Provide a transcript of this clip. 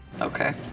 Okay